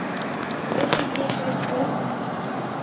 दे दीजिए कोई छूट